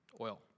oil